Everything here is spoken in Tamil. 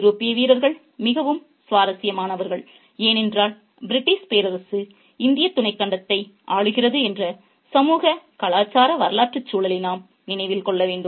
ஐரோப்பிய வீரர்கள் மிகவும் சுவாரஸ்யமானவர்கள் ஏனென்றால் பிரிட்டிஷ் பேரரசு இந்திய துணைக் கண்டத்தை ஆளுகிறது என்ற சமூக கலாச்சார வரலாற்று சூழலை நாம் நினைவில் கொள்ள வேண்டும்